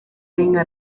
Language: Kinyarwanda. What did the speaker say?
y’inka